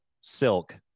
silk